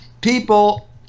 people